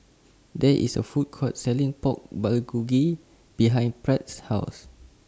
There IS A Food Court Selling Pork Bulgogi behind Pratt's House